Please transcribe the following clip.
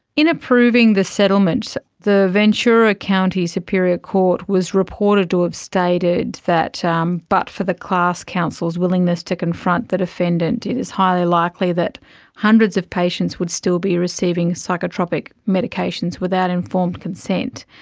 in approving the settlement, the ventura county superior court was reported to have stated that um but for the class counsel's willingness to confront the defendant, it is highly likely that hundreds of patients would still be receiving psychotropic medications without informed consent.